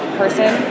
person